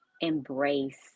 embrace